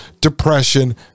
depression